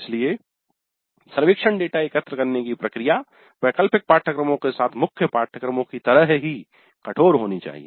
इसलिए सर्वेक्षण डेटा एकत्र करने की प्रक्रिया वैकल्पिक पाठ्यक्रमों के साथ मुख्य पाठ्यक्रमों की तरह ही कठोर होनी चाहिए